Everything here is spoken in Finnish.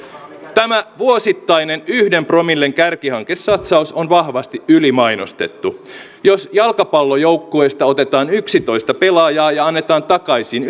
tämä vuosittainen yhden promillen kärkihankesatsaus on vahvasti ylimainostettu jos jalkapallojoukkueesta otetaan yksitoista pelaajaa ja annetaan takaisin